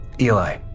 Eli